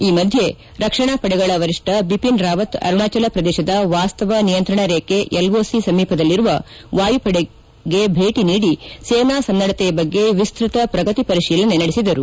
ಈ ಮಧ್ಯೆ ರಕ್ಷಣಾ ಪಡೆಗಳ ವರಿಷ್ಟ ಬಿಪಿನ್ ರಾವತ್ ಅರುಣಾಚಲ ಪ್ರದೇಶದ ವಾಸ್ತವ ನಿಯಂತ್ರಣ ರೇಬೆ ಎಲ್ಓಸಿ ಸಮೀಪದಲ್ಲಿರುವ ವಾಯುಪಡೆಗೆ ಭೇಟ ನೀಡಿ ಸೇನಾ ಸನ್ನಡತೆಯ ಬಗ್ಗೆ ವಿಸ್ತತ ಪ್ರಗತಿ ಪರಿಶೀಲನೆ ನಡೆಸಿದರು